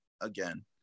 again